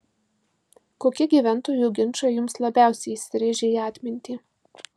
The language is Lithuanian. kokie gyventojų ginčai jums labiausiai įsirėžė į atmintį